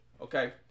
Okay